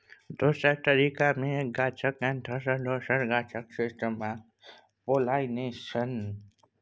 दोसर तरीका मे एक गाछक एन्थर सँ दोसर गाछक स्टिगमाक पोलाइनेशन